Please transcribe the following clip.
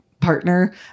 partner